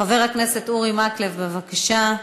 חבר הכנסת אורי מקלב, בבקשה.